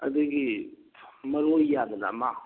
ꯑꯗꯒꯤ ꯃꯔꯣꯏ ꯌꯥꯟꯗꯅ ꯑꯃ